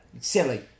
silly